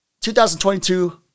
2022